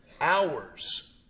hours